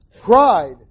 Pride